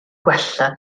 gwella